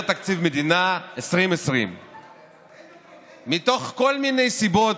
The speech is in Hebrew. תקציב מדינה 2020. מתוך כל מיני סיבות,